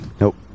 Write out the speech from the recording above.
Nope